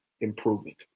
improvement